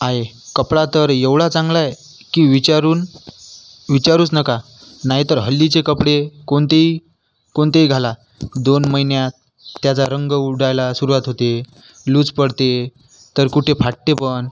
आहे कपडा तर एवढा चांगला आहे की विचारून विचारूच नका नाही तर हल्लीचे कपडे कोणतेही कोणतेही घाला दोन महिन्यात त्याचा रंग उडायला सुरुवात होते लूज पडते तर कुठे फाटते पण